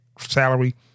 salary